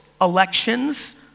elections